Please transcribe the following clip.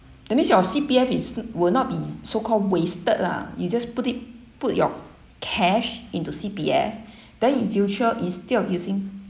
that means your C_P_F is will not be so-called wasted lah you just put it put your cash into C_P_F then in future instead of using